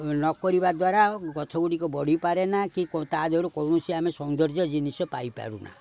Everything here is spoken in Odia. ନ କରିବା ଦ୍ୱାରା ଗଛ ଗୁଡ଼ିକ ବଢ଼ିପାରେ ନା କି ତା ଦେହରୁ କୌଣସି ଆମେ ସୌନ୍ଦର୍ଯ୍ୟ ଜିନିଷ ପାଇପାରୁନା